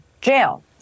jail